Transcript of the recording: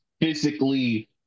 physically